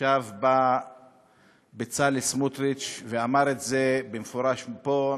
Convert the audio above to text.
עכשיו בא בצלאל סמוטריץ ואמר את זה במפורש פה,